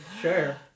Sure